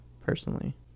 Personally